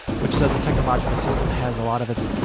which says the technological system has a lot of its,